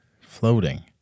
floating